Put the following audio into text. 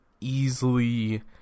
easily